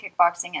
kickboxing